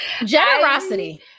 generosity